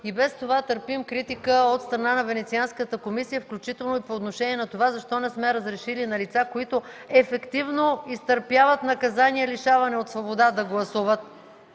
И без това търпим критика от страна на Венецианската комисия, включително и по отношение на това защо не сме разрешили на лица, които ефективно изтърпяват наказание „лишаване от свобода”, да гласуват.